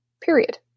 period